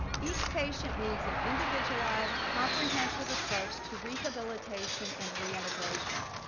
each patient needs an individualized comprehensive approach to rehabilitation and reintegration.